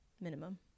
minimum